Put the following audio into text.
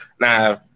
Now